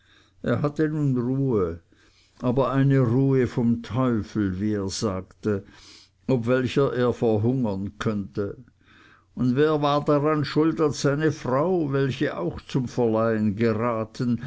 er hatte nun ruhe aber eine ruhe vom teufel wie er sagte ob welcher er verhungern konnte und wer war daran schuld als seine frau welche auch zum verleihen geraten